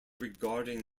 regarding